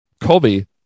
Colby